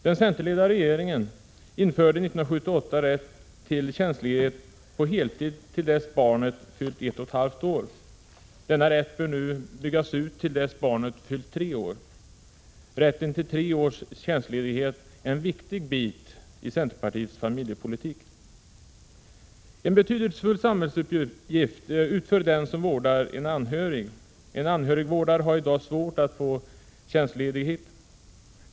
Den centerledda regeringen införde 1978 rätt till tjänstledighet på heltid till dess att barnet fyllt ett och ett halvt år. Denna rätt bör nu byggas ut att avse tiden till dess att barnet fyllt tre år. Rätten till tre års tjänstledighet är en viktig bit i centerpartiets familjepolitik. En betydelsefull samhällsuppgift utför den som vårdar en anhörig. En anhörigvårdare har i dag svårt att få tjänstledigt.